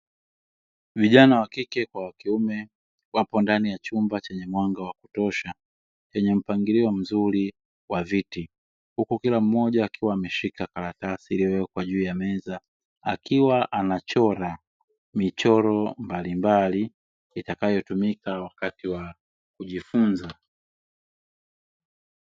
Vijana wa kike kwa wa kiume wapo ndani ya chumba chenye mwanga wa kutosha, chenye mpangilio mzuri wa viti. Huku kila mmoja akiwa ameshika karatasi lililowekwa juu ya meza, akiwa anachora michoro mbalimbali itakayotumika wakati wa kujifunza.